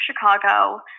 Chicago